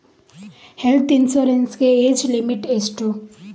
Health insurance ಗೆ age limit ಎಷ್ಟು?